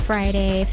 Friday